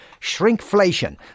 shrinkflation